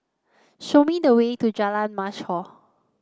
show me the way to Jalan Mashhor